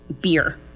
beer